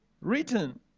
Written